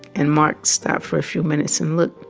and mark stopped for a few minutes and looked.